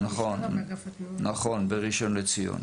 בראשון לציון.